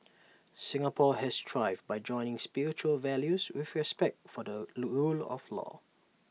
Singapore has thrived by joining spiritual values with respect for the rule of law